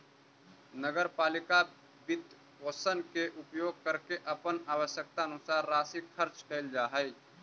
नगर पालिका वित्तपोषण के उपयोग करके अपन आवश्यकतानुसार राशि खर्च कैल जा हई